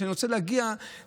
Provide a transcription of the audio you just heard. כי אני רוצה להגיע למסקנה,